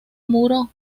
muro